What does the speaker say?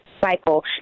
cycle